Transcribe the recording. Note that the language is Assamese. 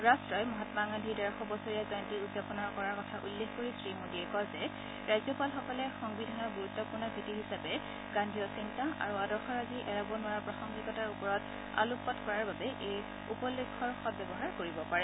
ৰাট্টই মহাম্মা গান্ধীৰ ডেৰশ বছৰীয়া জয়ন্তী উদযাপন কৰাৰ কথা উল্লেখ কৰি শ্ৰীমোদীয়ে কয় যে ৰাজ্যপালসকলে সংবিধানৰ গুৰুত্পূৰ্ণ ভেঁটি হিচাপে গান্ধীয় চিন্তা আৰু আদৰ্শৰাজিৰ এৰাব নোৱাৰা প্ৰাসঙ্গিকতাৰ ওপৰত আলোকপাত কৰাৰ বাবে এই উপলক্ষ্যৰ সদ্ব্যৱহাৰ কৰিব পাৰে